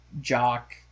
Jock